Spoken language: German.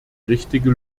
richtige